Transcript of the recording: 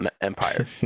empire